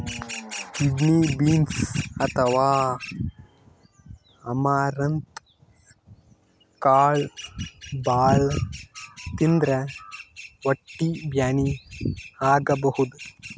kidney beans ಅಥವಾ amaranth ಕಾಳ್ ಭಾಳ್ ತಿಂದ್ರ್ ಹೊಟ್ಟಿ ಬ್ಯಾನಿ ಆಗಬಹುದ್